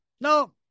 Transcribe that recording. No